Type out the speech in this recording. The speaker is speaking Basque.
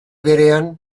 berean